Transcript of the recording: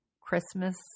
Christmas